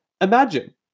imagine